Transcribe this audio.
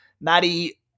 Maddie